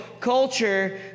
culture